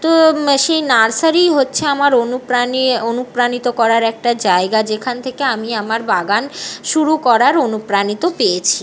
তো সেই নার্সারিই হচ্ছে আমার অনুপ্রাণি অনুপ্রাণিত করার একটা জায়গা যেখান থেকে আমি আমার বাগান শুরু করার অনুপ্রাণিত পেয়েছি